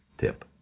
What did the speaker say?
tip